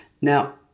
Now